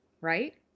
Right